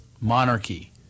monarchy